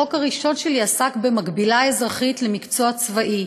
החוק הראשון שלי עסק במקבילה האזרחית למקצוע צבאי,